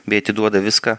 bei atiduoda viską